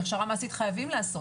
כי הכשרה מעשית חייבים לעשות.